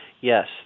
Yes